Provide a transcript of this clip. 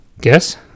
Guess